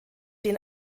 den